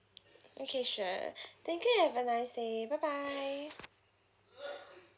okay sure thank you have a nice day bye bye